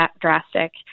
drastic